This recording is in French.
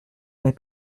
mais